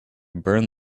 burned